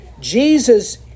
Jesus